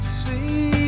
see